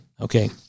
Okay